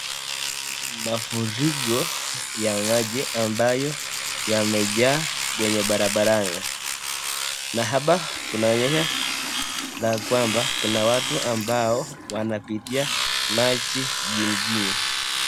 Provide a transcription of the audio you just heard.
Mafuriko ya maji ambayo yamejaa kwenye barabarani. Na hapa kunaonyesha la kwamba kuna watu ambao wanapitia maji jijini.